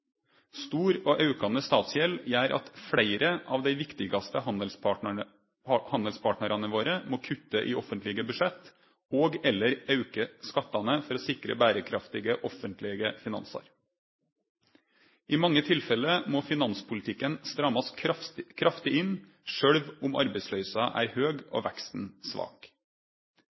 Stor og aukande statsgjeld gjer at fleire av dei viktigaste handelspartnarane våre må kutte i offentlege budsjett og/eller auke skattane for å sikre berekraftige offentlege finansar. I mange tilfelle må finanspolitikken strammast kraftig inn sjølv om arbeidsløysa er høg og veksten svak.